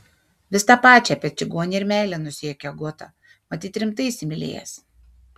vis tą pačią apie čigonę ir meilę nusijuokė agota matyt rimtai įsimylėjęs